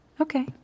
Okay